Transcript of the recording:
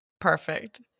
perfect